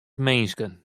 minsken